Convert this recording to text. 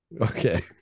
Okay